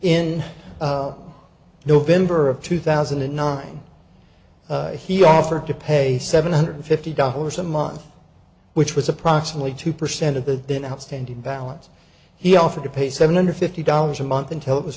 in november of two thousand and nine he offered to pay seven hundred fifty dollars a month which was approximately two percent of the then outstanding balance he offered to pay seven hundred fifty dollars a month until it was